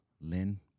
Lynn